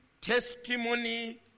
testimony